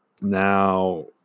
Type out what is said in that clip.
Now